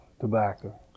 tobacco